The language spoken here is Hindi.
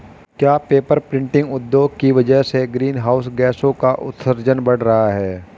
क्या पेपर प्रिंटिंग उद्योग की वजह से ग्रीन हाउस गैसों का उत्सर्जन बढ़ रहा है?